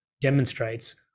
demonstrates